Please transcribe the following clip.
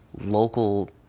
local